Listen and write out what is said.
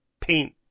paint